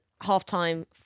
halftime